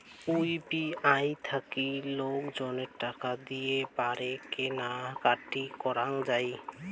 UPI থাকি লোকজনে টাকা দিয়ে পারে কেনা কাটি করাঙ যাই